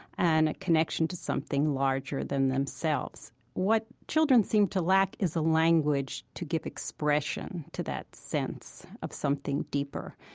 and a connection to something larger than themselves. what children seem to lack is a language to give expression to that sense of something deeper.